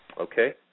okay